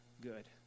good